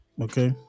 okay